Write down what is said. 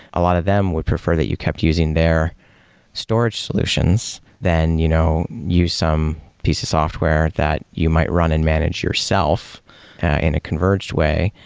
a lot of them would prefer that you kept using their storage solutions, then you know use some piece of software that you might run and manage yourself in a converged way,